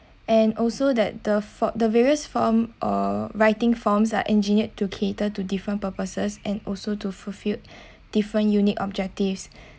and also that the for the various form or writing forms are engineered to cater to different purposes and also to fulfilled different unique objectives